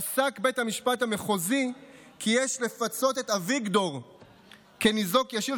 פסק בית המשפט המחוזי כי יש לפצות את אביגדור כניזוק ישיר